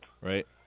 Right